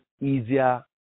easier